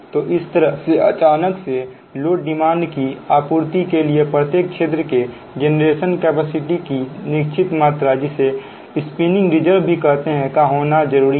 तो इस तरह से अचानक से लोड डिमांड की आपूर्ति के लिए प्रत्येक क्षेत्र के जेनरेशन कैपेसिटी की निश्चित मात्रा जिसे स्पिनिंग रिजर्व भी कहते हैं का होना जरूरी है